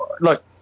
look